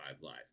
Live